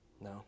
No